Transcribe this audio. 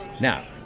Now